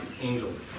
angels